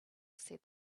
said